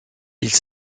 ils